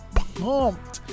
pumped